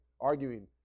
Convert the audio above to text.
arguing